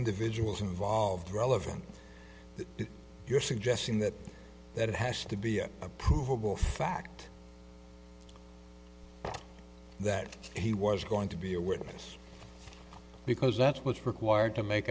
individuals involved relevant if you're suggesting that that has to be a provable fact that he was going to be a witness because that's what's required to make